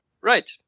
Right